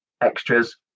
extras